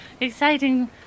exciting